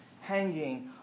hanging